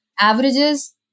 Averages